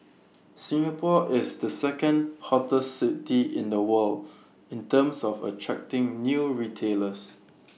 Singapore is the second hottest city in the world in terms of attracting new retailers